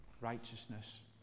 righteousness